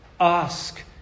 Ask